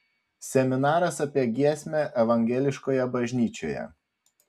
seminaras apie giesmę evangeliškoje bažnyčioje